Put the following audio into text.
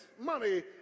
money